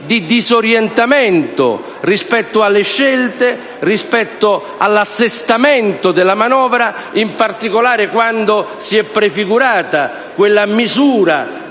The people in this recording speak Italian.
di disorientamento rispetto alle scelte e all'assestamento della manovra. In particolare, quando si è prefigurata quella misura